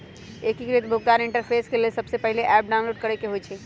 एकीकृत भुगतान इंटरफेस के लेल सबसे पहिले ऐप डाउनलोड करेके होइ छइ